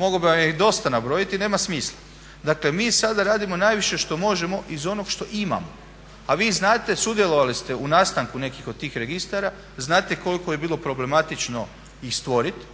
mogao bi vam ih dosta nabrojiti i nema smisla. Dakle, mi sada radimo najviše što možemo iz onog što imamo, a vi znate, sudjelovali ste u nastanku nekih od tih registara, znate koliko je bilo problematično ih stvoriti,